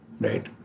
right